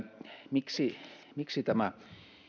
miksi miksi tämä